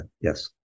Yes